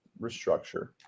restructure